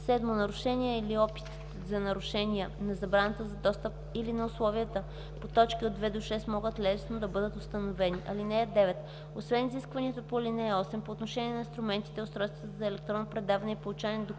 7. нарушенията или опитите за нарушения на забраната за достъп или на условията по т. 2 – 6 могат лесно да бъдат установени. (9) Освен изискванията по ал. 8 по отношение на инструментите и устройствата за електронно предаване и получаване на документите